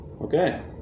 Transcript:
Okay